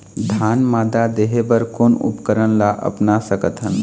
धान मादा देहे बर कोन उपकरण ला अपना सकथन?